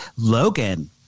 Logan